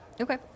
Okay